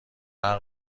نقل